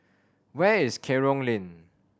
where is Kerong Lane